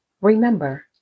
Remember